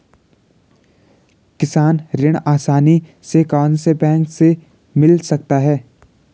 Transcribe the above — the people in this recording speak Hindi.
किसान ऋण आसानी से कौनसे बैंक से मिल सकता है?